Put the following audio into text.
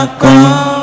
come